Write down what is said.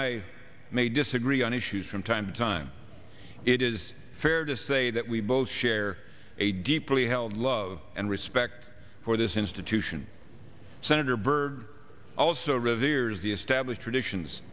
i may disagree on issues from time to time it is fair to say that we both share a deeply held love and respect for this institution senator byrd also reveres the established traditions